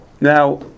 Now